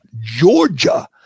Georgia